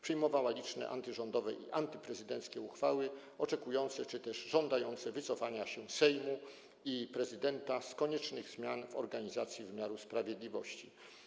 Przyjmowała liczne antyrządowe i antyprezydenckie uchwały oczekujące czy żądające wycofania się Sejmu i prezydenta z koniecznych zmian w organizacji wymiaru sprawiedliwości.